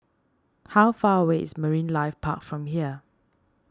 how far away is Marine Life Park from here